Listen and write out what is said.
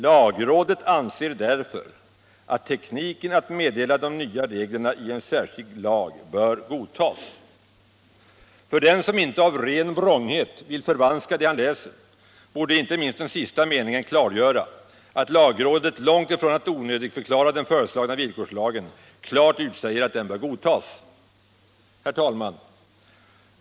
Lagrådet anser därför att tekniken att meddela de nya reglerna i en särskild lag bör godtas.” För den som inte av ren vrånghet vill förvanska det han läser borde inte minst den sista meningen klargöra att lagrådet långt ifrån att onödigförklara den föreslagna villkorslagen klart utsäger att den bör godtas. Herr talman!